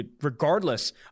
regardless